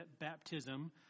baptism